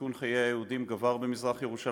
וסיכון חיי היהודים גבר במזרח-ירושלים,